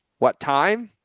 what time,